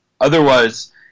otherwise